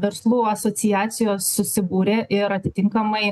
verslų asociacijos susibūrė ir atitinkamai